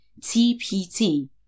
TPT